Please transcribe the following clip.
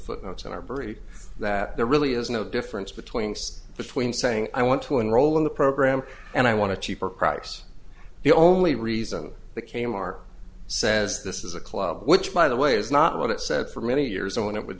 footnotes in our brief that there really is no difference between between saying i want to enroll in the program and i want to cheaper products the only reason the kmart says this is a club which by the way is not what it said for many years and it would